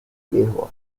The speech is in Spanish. lisboa